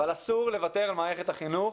אבל אסור לוותר על מערכת החינוך